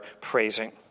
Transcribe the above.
praising